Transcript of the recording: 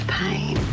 pain